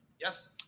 Yes